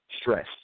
stress